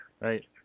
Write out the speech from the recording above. Right